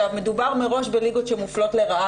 מדובר מראש בליגות שמופלות לרעה.